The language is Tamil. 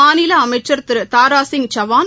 மாநில அமைச்சர் திரு தாராசிங் சவான்